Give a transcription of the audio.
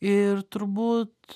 ir turbūt